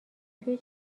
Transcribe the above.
توی